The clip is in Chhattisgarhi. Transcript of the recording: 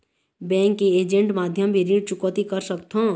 बैंक के ऐजेंट माध्यम भी ऋण चुकौती कर सकथों?